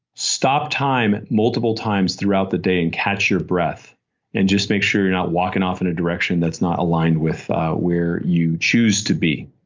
stop time multiple times throughout the day and catch your breath and just make sure you're not walking off in a direction that's not aligned with where you choose to be.